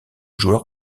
joueur